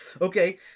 Okay